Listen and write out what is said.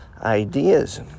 ideas